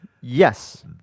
Yes